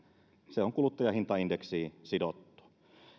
se on kuluttajahintaindeksiin sidottu